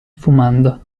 fumando